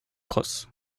crosse